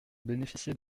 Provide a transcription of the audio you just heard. bénéficier